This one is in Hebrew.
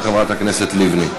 תודה, אדוני.